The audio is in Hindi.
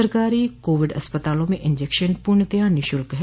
सरकारी कोविड अस्पतालों में इंजेक्शन पूर्णतया निःशुल्क है